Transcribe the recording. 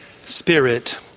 spirit